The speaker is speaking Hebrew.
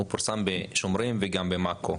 הוא פורסם גם ב- ׳שומרים׳ וגם ב- ׳Mako׳.